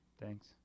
Thanks